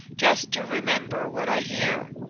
just to remember what i hear.